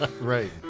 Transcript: Right